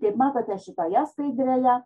kaip matote šitoje skaidrėje